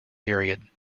period